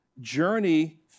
journey